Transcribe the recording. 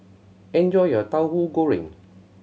enjoy your Tauhu Goreng